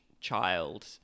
child